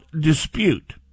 dispute